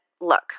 Look